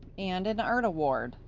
and an art award.